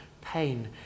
pain